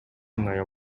эмне